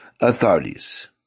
authorities